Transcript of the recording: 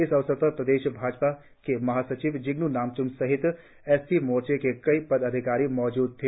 इस अवसर पर प्रदेश भाजपा के महासचिव जिगन् नामच्म सहित एस टी मोर्चा के कई पदाधिकारी मौजूद थे